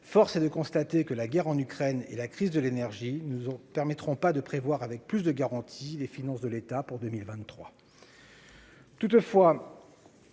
force est de constater que la guerre en Ukraine et la crise de l'énergie ne nous permettront pas de prévoir avec plus de garanties les finances de l'État pour 2023.